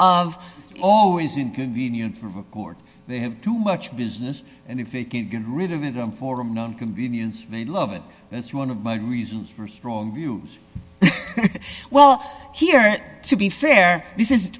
of always inconvenient from a court they have too much business and if they can't get rid of it i'm for i'm not convenience very love it that's one of my reasons for strong views well here to be fair this is